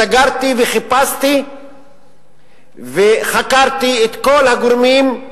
דגרתי וחיפשתי וחקרתי את כל הגורמים,